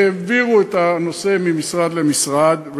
העבירו את הנושא ממשרד למשרד,